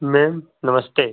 ma'am नमस्ते